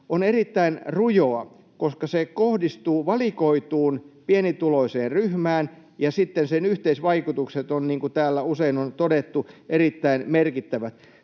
on erittäin rujo, koska se kohdistuu valikoituun pienituloiseen ryhmään ja sitten sen yhteisvaikutukset ovat, niin kuin täällä usein on todettu, erittäin merkittävät.